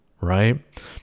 right